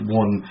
one